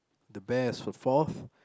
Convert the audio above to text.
the bear is the forth